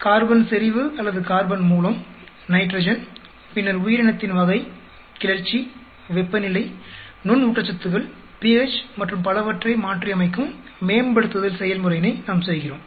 carbon செறிவு அல்லது carbon மூலம் நைட்ரஜன் பின்னர் உயிரினத்தின் வகை கிளர்ச்சி வெப்பநிலை நுண்ணிய ஊட்டச்சத்துக்கள் pH மற்றும் பலவற்றை மாற்றியமைக்கும் மேம்படுத்துதல் செயல்முறையினை நாம் செய்கிறோம்